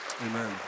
amen